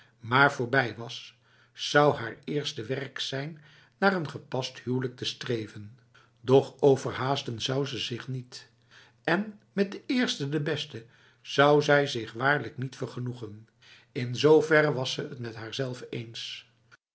maar voorbij was zou haar eerste werk zijn naar een gepast huwelijk te streven doch overhaasten zou ze zich niet en met de eerste de beste zou zij zich waarlijk niet vergenoegen in zover was ze het met haarzelve eens